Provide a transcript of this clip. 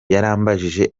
yarambajije